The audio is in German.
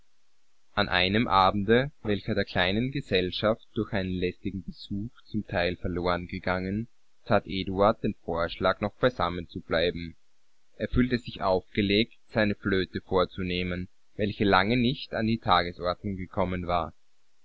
an einem abende welcher der kleinen gesellschaft durch einen lästigen besuch zum teil verloren gegangen tat eduard den vorschlag noch beisammen zu bleiben er fühlte sich aufgelegt seine flöte vorzunehmen welche lange nicht an die tagesordnung gekommen war